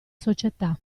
società